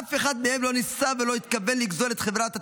אף אחד מהם לא ניסה ולא התכוון לגזול את חברת התחבורה.